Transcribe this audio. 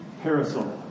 parasol